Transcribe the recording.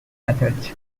methods